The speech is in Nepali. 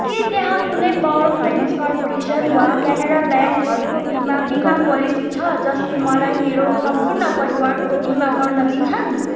के त्यहाँ कुनै पावर फाइनेन्स कर्पोरेसन वा केनरा ब्याङ्क घरको बिमा बिमा पोलेसी छ जसले मलाई मेरो सम्पूर्ण परिवारको बिमा गर्न दिन्छन्